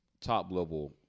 top-level